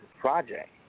project